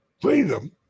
freedom